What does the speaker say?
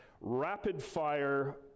rapid-fire